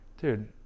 dude